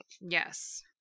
yes